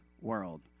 world